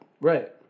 right